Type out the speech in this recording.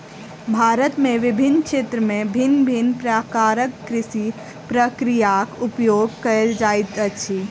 भारत में विभिन्न क्षेत्र में भिन्न भिन्न प्रकारक कृषि प्रक्रियाक उपयोग कएल जाइत अछि